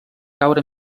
caure